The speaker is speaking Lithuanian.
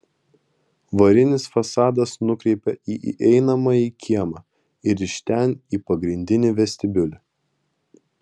varinis fasadas nukreipia į įeinamąjį kiemą ir iš ten į pagrindinį vestibiulį